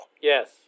Yes